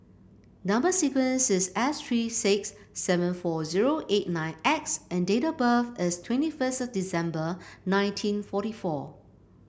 number sequence is S three six seven four zero eight nine X and date of birth is twenty first of December nineteen fourty four